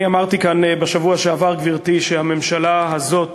אמרתי כאן בשבוע שעבר, גברתי, שהממשלה הזאת